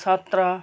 सत्र